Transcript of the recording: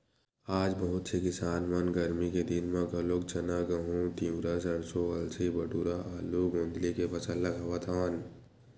आज बहुत से किसान मन गरमी के दिन म घलोक चना, गहूँ, तिंवरा, सरसो, अलसी, बटुरा, आलू, गोंदली के फसल लगावत हवन